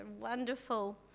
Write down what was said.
wonderful